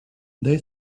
they